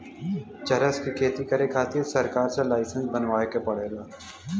चरस क खेती करे खातिर सरकार से लाईसेंस बनवाए के पड़ेला